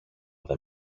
δεν